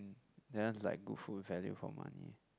um that one is like good food value for money